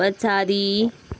पछाडि